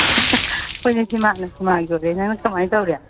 ꯍꯣꯏꯅꯦ ꯁꯤꯅꯦꯃꯥꯅ ꯁꯤꯅꯦꯃꯥꯒꯤ ꯑꯣꯏꯔꯦ ꯅꯪꯅ ꯀꯃꯥꯏ ꯇꯧꯔꯤ